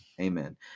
Amen